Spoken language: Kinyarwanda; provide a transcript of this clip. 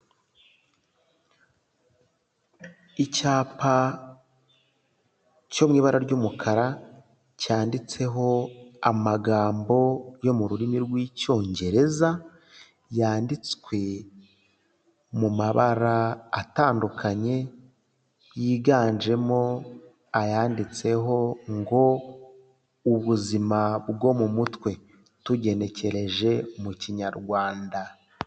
Icyapa cyo mu ibara ry'umukara cyanditseho amagambo yo mu rurimi rw'Icyongereza, yanditswe mu mabara atandukanye, yiganjemo ayanditseho ngo "Ubuzima bwo mu mutwe". Tugenekereje mu Kinyarwanda.